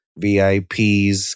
VIPs